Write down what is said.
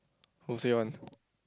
who say one